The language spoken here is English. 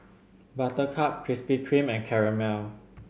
Buttercup Krispy Kreme and Camel